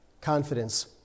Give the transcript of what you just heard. Confidence